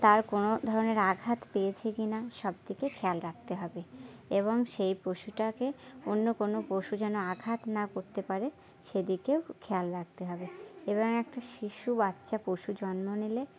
তার কোনো ধরনের আঘাত পেয়েছে কি না সব দিকে খেয়াল রাখতে হবে এবং সেই পশুটাকে অন্য কোনো পশু যেন আঘাত না করতে পারে সেদিকেও খেয়াল রাখতে হবে এবং একটা শিশু বাচ্চা পশু জন্ম নিলে